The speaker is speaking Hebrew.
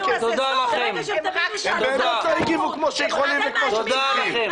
באמת לא הגיבו כמו שיכולים וכמו שצריכים.